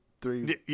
Three